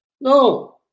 No